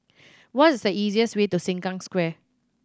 what is the easiest way to Sengkang Square